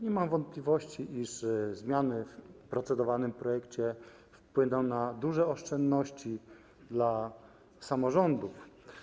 Nie mam wątpliwości, iż zmiany w procedowanym projekcie wpłyną na duże oszczędności dla samorządów.